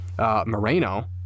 Moreno